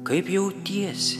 kaip jautiesi